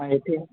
हा येते आहे